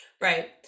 Right